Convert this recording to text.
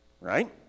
Right